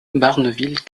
barneville